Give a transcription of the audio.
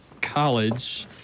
college